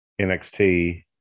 NXT